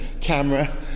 camera